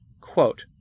Quote